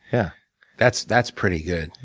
yeah that's that's pretty good.